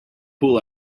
pool